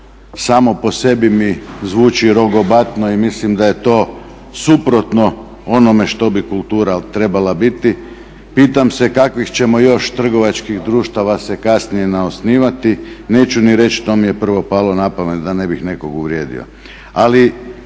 samo po sebi mi zvuči rogobatno i mislim da je to suprotno onome što bi kultura trebala biti. Pitam se kakvih ćemo još trgovački društava se kasnije naosnivati, neću ni reći što mi je prvo palo na pamet da ne bih nekog uvrijedio.